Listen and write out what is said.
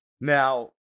now